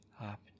up